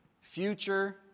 Future